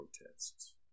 protests